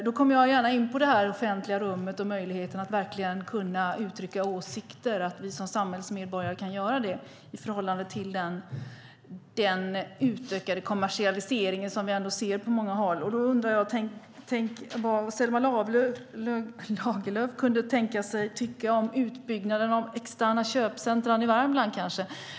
Då kommer jag gärna in på frågan om det offentliga rummet och möjligheten att uttrycka åsikter, att vi som samhällsmedborgare kan göra det, i förhållande till den utökade kommersialisering som vi ser på många håll. Då undrar jag vad Selma Lagerlöf kunde tänkas tycka om utbyggnaden av externa köpcentrum i Värmland.